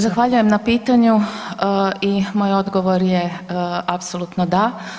Zahvaljujem na pitanju i moj odgovor je, apsolutno da.